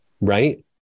Right